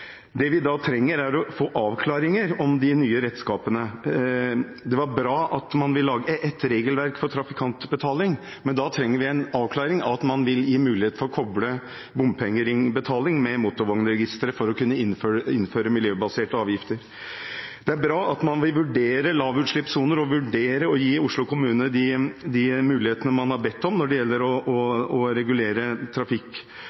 det vi da trenger, er å få avklaringer om de nye redskapene. Det er bra at man vil lage ett regelverk for trafikantbetaling, men da trenger vi en avklaring av at man vil gi mulighet for å koble bompengeringbetaling med motorvognregisteret for å kunne innføre miljøbaserte avgifter. Det er bra at man vil vurdere lavutslippssoner og vurdere å gi Oslo kommune de mulighetene man har bedt om når det gjelder å regulere trafikk